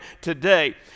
today